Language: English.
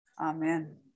Amen